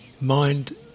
mind